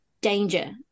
danger